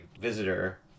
visitor